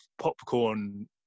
popcorn